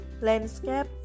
Landscape